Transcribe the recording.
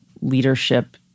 leadership